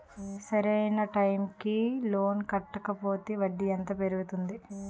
సరి అయినా టైం కి లోన్ కట్టకపోతే వడ్డీ ఎంత పెరుగుతుంది?